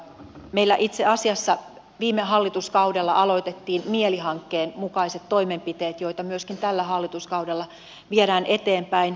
meillä itse asiassa viime hallituskaudella aloitettiin mieli hankkeen mukaiset toimenpiteet joita myöskin tällä hallituskaudella viedään eteenpäin